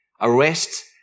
arrest